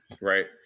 right